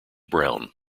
brown